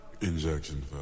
Injection